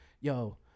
yo